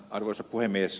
arvoisa puhemies